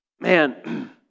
man